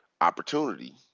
opportunity